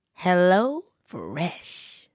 HelloFresh